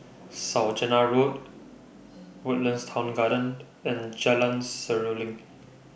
Saujana Road Woodlands Town Garden and Jalan Seruling